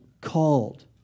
called